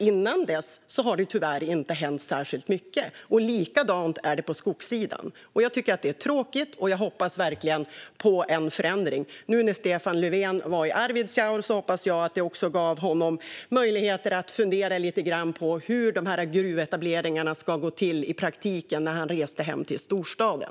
Innan dess hade det tyvärr inte hänt särskilt mycket. Likadant är det på skogssidan. Jag tycker att det är tråkigt och hoppas verkligen på en förändring. När Stefan Löfven nu var i Arvidsjaur hoppas jag att det gav honom möjligheter att fundera lite grann på hur de här gruvetableringarna ska gå till i praktiken när han reste hem till storstaden.